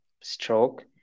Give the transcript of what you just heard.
stroke